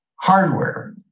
hardware